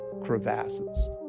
crevasses